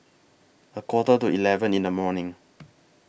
A Quarter to eleven in The morning